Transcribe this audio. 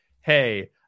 Hey